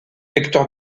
hector